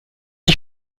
ich